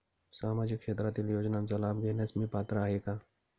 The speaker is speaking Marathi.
सामाजिक क्षेत्रातील योजनांचा लाभ घेण्यास मी पात्र आहे का?